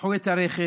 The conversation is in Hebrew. קחו את הרכב,